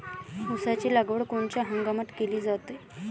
ऊसाची लागवड कोनच्या हंगामात केली जाते?